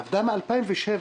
עבדה מ-2007.